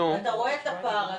ואתה רואה את הפער הזה.